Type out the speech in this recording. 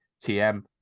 TM